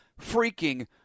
freaking